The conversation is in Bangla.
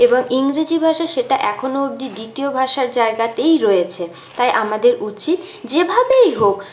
এবং ইংরিজি ভাষা সেটা এখনো অবধি দ্বিতীয় ভাষার জায়গাতেই রয়েছে তাই আমাদের উচিত যেভাবেই হোক